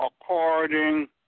according